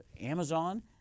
Amazon